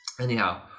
Anyhow